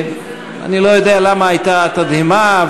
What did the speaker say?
אני לא יודע למה הייתה תדהמה,